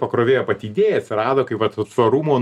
pakrovėjo pati idėja atsirado kaip vat va tvarumo